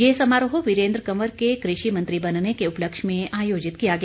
ये समारोह वीरेन्द्र कंवर के कृषि मंत्री बनने के उपलक्ष्य में आयोजित किया गया